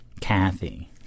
Kathy